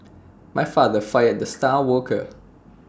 my father fired the star worker